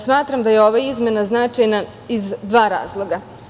Smatram da je ova izmena značajna iz dva razloga.